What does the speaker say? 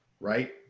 Right